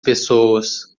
pessoas